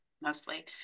mostly